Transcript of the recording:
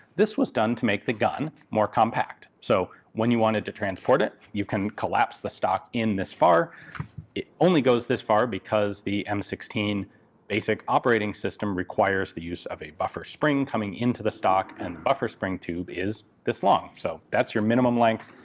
this was done to make the gun more compact so when you wanted to transport it you can collapse the stock in this far it only goes this far because the m one six basic operating system requires the use of a buffer spring coming into the stock and buffer spring tube is this long? so that's your minimum length.